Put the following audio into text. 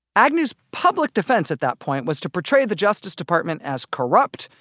agnew's public defense at that point was to portray the justice department as corrupt,